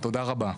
תודה רבה.